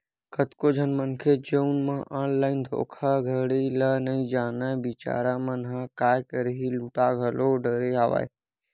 कतको झन मनखे जउन मन ऑनलाइन धोखाघड़ी ल नइ जानय बिचारा मन ह काय करही लूटा घलो डरे हवय